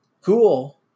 Cool